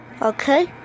okay